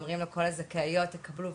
אומרים לכל הזכאיות תקבלו,